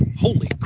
holy